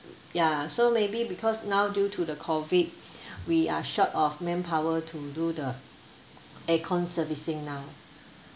ya so maybe because now due to the COVID we are short of manpower to do the aircon servicing now